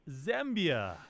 Zambia